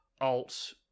alt